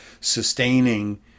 sustaining